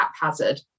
haphazard